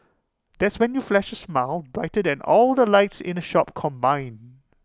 that's when you flash A smile brighter than all the lights in the shop combined